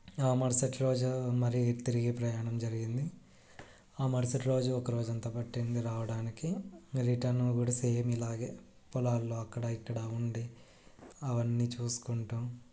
ఆ మరుసటి రోజు మరి తిరిగి ప్రయాణం జరిగింది ఆ మరుసటి రోజు ఒక రోజంతా పట్టింది రావడానికి రిటర్న్ కూడా సేమ్ ఇలాగే పొలాల్లో అక్కడ ఇక్కడ ఉండి అవన్నీ చూసుకుంటూ